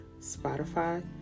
Spotify